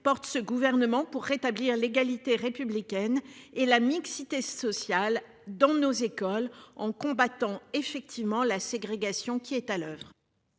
porte ce gouvernement pour rétablir l'égalité républicaine et la mixité sociale dans nos écoles en combattant effectivement la ségrégation qui est à l'oeuvre.